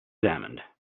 examined